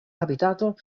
habitato